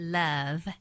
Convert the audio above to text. love